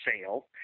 sale